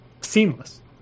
seamless